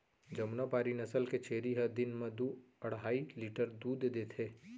जमुनापारी नसल के छेरी ह दिन म दू अढ़ाई लीटर दूद देथे